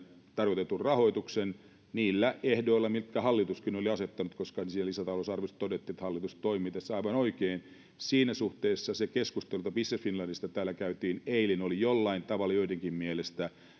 tarkoitetun rahoituksen niillä ehdoilla mitkä hallituskin oli asettanut koska siinä lisätalousarviossa todettiin että hallitus toimi tässä aivan oikein siinä suhteessa se keskustelu jota business finlandista täällä käytiin eilen oli jollain tavalla joidenkin mielestä